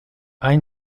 any